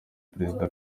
perezida